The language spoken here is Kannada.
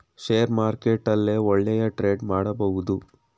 ಷೇರ್ ಮಾರ್ಕೆಟ್ ಅಲ್ಲೇ ಒಳ್ಳೆಯ ಟ್ರೇಡ್ ಮಾಡಬಹುದು